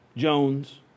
Jones